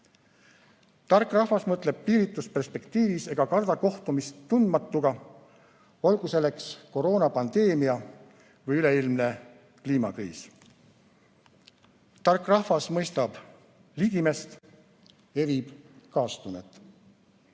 Tark rahvas mõtleb piiritus perspektiivis ega karda kohtumist tundmatuga, olgu selleks koroonapandeemia või üleilmne kliimakriis. Tark rahvas mõistab ligimest, evib kaastunnet.